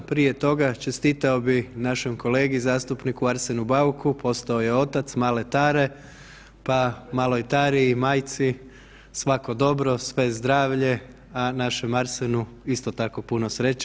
Prije toga čestitao bih našem kolegi zastupniku Arsenu Bauku postao je otac male Tare, pa maloj Tari i majci svako dobro, sve zdravlje, a našem Arsenu isto tako puno sreće.